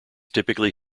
typically